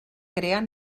crear